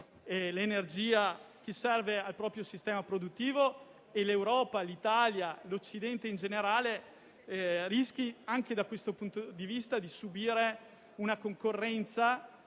l'energia che serve al proprio sistema produttivo e l'Europa, l'Italia e l'Occidente in generale rischiano anche da questo punto di vista di subire una concorrenza